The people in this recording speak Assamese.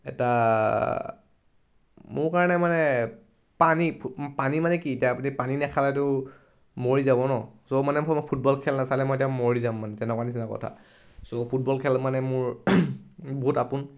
এটা মোৰ কাৰণে মানে পানী পানী মানে কি এতিয়া পানী নাখালেতো মৰি যাব ন চ' মানে মই মই ফুটবল খেল নাচালে মই এতিয়া মৰি যাম মানে তেনেকুৱা নিচিনা কথা চ' ফুটবল খেল মানে মোৰ বহুত আপোন